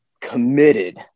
committed